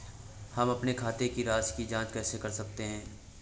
हम अपने खाते की राशि की जाँच कैसे कर सकते हैं?